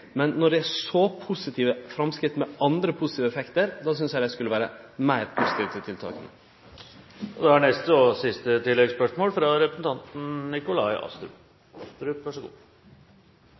men når det er så positive framsteg, med andre positive effektar, synest eg dei skulle vere meir positive til tiltaka. Nikolai Astrup – til siste